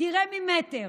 תראה ממטר,